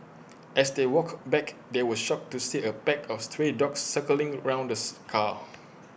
as they walked back they were shocked to see A pack of stray dogs circling around this car